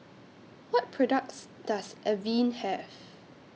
What products Does Avene Have